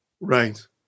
Right